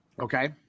Okay